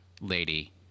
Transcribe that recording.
lady